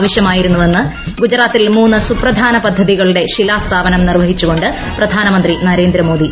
ആവശ്യമായിരുന്നുവെന്ന് ഗുജറാത്തിൽ മൂന്ന് സുപ്രധാന പദ്ധതികളുടെ ശിലാസ്ഥാപനം നിർവഹിച്ചുകൊണ്ട് പ്രധാനമന്ത്രി നരേന്ദ്രമോദി